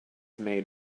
made